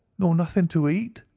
nor nothing to eat?